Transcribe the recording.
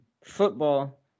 football